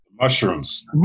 mushrooms